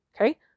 Okay